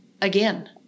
again